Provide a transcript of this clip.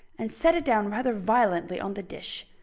and set it down rather violently on the dish.